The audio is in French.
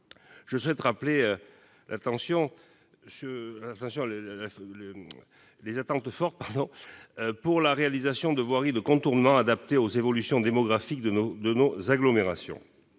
quotidien. Ainsi, les attentes sont fortes pour la réalisation de voiries de contournement adaptées aux évolutions démographiques de nos agglomérations.